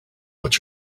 what